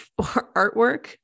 artwork—